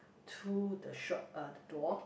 to the shop uh the door